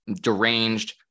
deranged